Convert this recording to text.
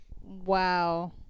Wow